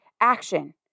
action